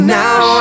now